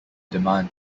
demand